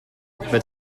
but